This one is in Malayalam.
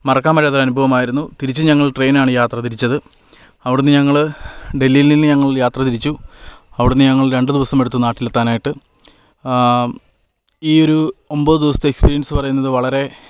മറക്കാൻ പറ്റാത്ത ഒരനുഭവമായിരുന്നു തിരിച്ചും ഞങ്ങൾ ട്രെയിനാണ് യാത്ര തിരിച്ചത് അവിടെ നിന്ന് ഞങ്ങൾ ഡൽഹിയിൽ നിന്ന് ഞങ്ങൾ യാത്ര തിരിച്ചു അവിടെ നിന്ന് ഞങ്ങൾ രണ്ട് ദിവസമെടുത്തു നാട്ടിലെത്താനായിട്ട് ഈ ഒരു ഒമ്പത് ദിവസത്തെ എക്സ്പീരിയൻസ് പറയുന്നത് വളരെ